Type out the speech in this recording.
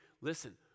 Listen